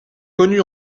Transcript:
connus